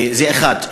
זה דבר אחד.